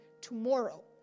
tomorrow